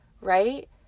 Right